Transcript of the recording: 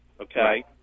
Okay